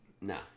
No